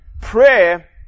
Prayer